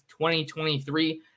2023